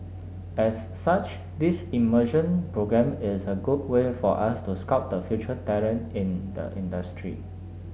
as such this immersion programme is a good way for us to scout of the future talent in the industry